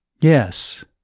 Yes